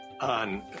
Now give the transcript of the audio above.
on